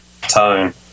tone